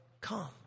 come